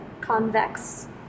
convex